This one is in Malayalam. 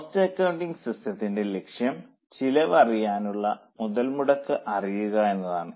കോസ്റ്റ് അക്കൌണ്ടിംഗ് സിസ്റ്റത്തിന്റെ ലക്ഷ്യം ചെലവ് അറിയാനുള്ള മുതൽമുടക്ക് അറിയുക എന്നതാണ്